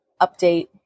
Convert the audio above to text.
update